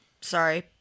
Sorry